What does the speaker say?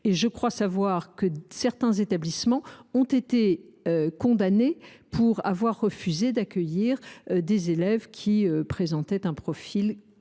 d’ailleurs savoir que certains établissements ont été condamnés pour avoir refusé d’accueillir des élèves qui présentaient un profil